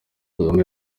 kagame